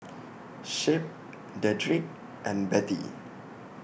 Shep Dedrick and Bettie